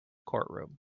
courtroom